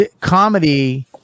comedy –